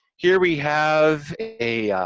here, we have a,